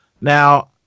Now